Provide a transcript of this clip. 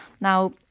Now